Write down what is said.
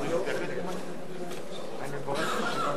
אדוני היושב-ראש,